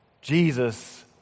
Jesus